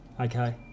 Okay